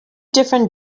different